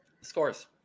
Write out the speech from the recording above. Scores